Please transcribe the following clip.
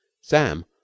Sam